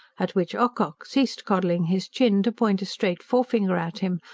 at which ocock ceased coddling his chin to point a straight forefinger at him,